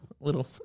little